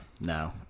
No